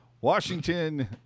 Washington